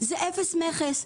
זה אפס מכס.